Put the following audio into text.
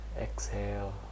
exhale